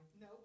No